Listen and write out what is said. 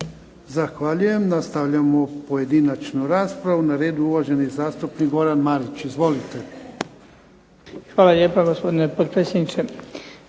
Zahvaljujem. Nastavljamo pojedinačnu raspravu. Na redu je uvaženi zastupnik Goran Marić. Izvolite. **Marić, Goran